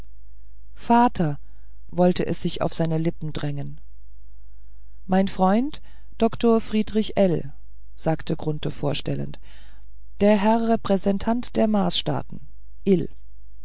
vater wollte es sich auf seine lippen drängen mein freund dr friedrich ell sagte grunthe vorstellend der herr repräsentant der marsstaaten